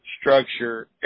structure